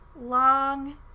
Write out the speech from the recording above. long